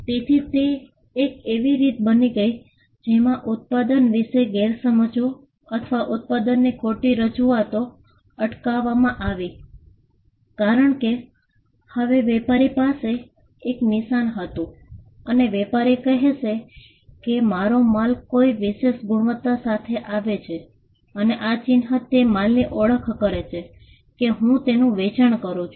તેથી તે એક એવી રીત બની ગઈ જેમાં ઉત્પાદન વિશે ગેરસમજો અથવા ઉત્પાદનની ખોટી રજૂઆતો અટકાવવામાં આવી કારણ કે હવે વેપારી પાસે એક નિશાન હતું અને વેપારી કહેશે કે મારો માલ કોઈ વિશેષ ગુણવત્તા સાથે આવે છે અને આ ચિહ્ન તે માલની ઓળખ કરે છે કે હું તેનું વેચાણ કરું છું